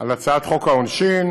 על הצעת חוק העונשין